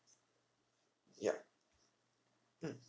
yup mm